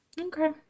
Okay